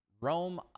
rome